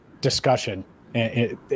discussion